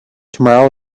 tomorrow